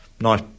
Nice